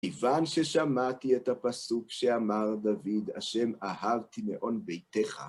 כיוון ששמעתי את הפסוק שאמר דוד, השם אהבתי מאוד ביתך.